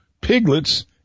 piglets